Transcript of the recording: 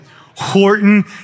Horton